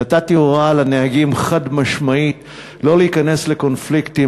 ונתתי הוראה חד-משמעית לנהגים לא להיכנס לקונפליקטים